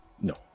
No